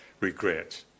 regret